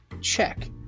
Check